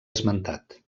esmentat